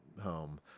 home